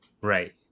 right